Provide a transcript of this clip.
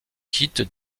quittent